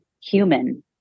human